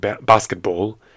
basketball